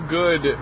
good